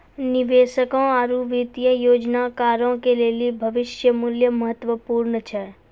निवेशकों आरु वित्तीय योजनाकारो के लेली भविष्य मुल्य महत्वपूर्ण छै